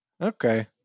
Okay